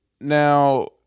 Now